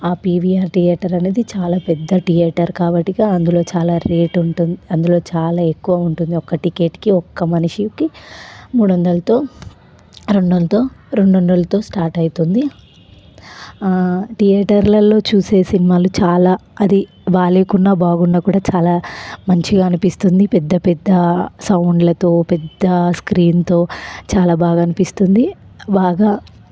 ఆ PVR theatre అనేది చాలా పెద్ద థియేటర్ కాబట్టి అందులో చాలా రేటు ఉంటుంది అందులో చాలా ఎక్కువ ఉంటుంది ఒక్క టికెట్కి ఒక్క మనిషికి మూడు వందలతో రెండుతో రెండు రెండు వందలుతో స్టార్ట్ అవుతుంది థియేటర్లలో చూసే సినిమాలు చాలా అది బాగున్నా కూడా చాలా మంచిగా అనిపిస్తుంది పెద్ద పెద్ద సౌండ్లతో పెద్ద స్క్రీన్తో చాలా బాగా అనిపిస్తుంది బాగా